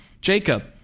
Jacob